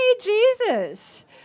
Jesus